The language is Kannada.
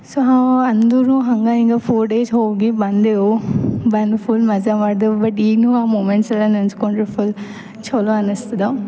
ಸೊ ಅಂದರು ಹಂಗೆ ಹಿಂಗೆ ಫೋರ್ ಡೇಸ್ ಹೋಗಿ ಬಂದೆವು ಬಂದು ಫುಲ್ ಮಝ ಮಾಡ್ದೆವು ಬಟ್ ಈಗ್ಲೂ ಆ ಮೂಮೆಂಟ್ಸೆಲ್ಲ ನೆನ್ಸ್ಕೊಂಡರೆ ಫುಲ್ ಛಲೋ ಅನಿಸ್ತದೆ